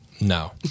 No